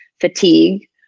fatigue